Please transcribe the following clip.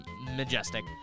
majestic